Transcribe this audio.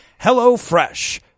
HelloFresh